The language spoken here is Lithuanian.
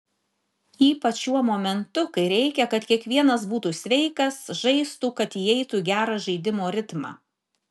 ypač šiuo momentu kai reikia kad kiekvienas būtų sveikas žaistų kad įeitų į gerą žaidimo ritmą